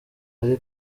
hari